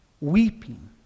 weeping